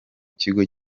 kigo